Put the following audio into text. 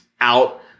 out